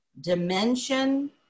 dimension